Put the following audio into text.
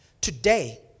Today